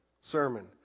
sermon